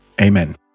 Amen